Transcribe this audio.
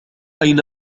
أين